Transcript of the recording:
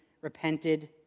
repented